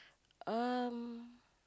um